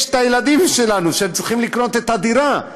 יש את הילדים שלנו והם צריכים לקנות דירה,